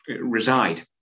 reside